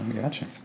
gotcha